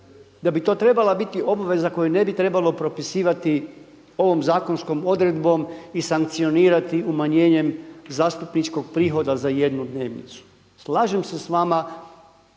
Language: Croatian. da bi to trebala biti obveza koju ne bi trebalo propisivati ovom zakonskom odredbom i sankcionirati umanjenjem zastupničkog prihoda za jednu dnevnicu. Slažem se s vama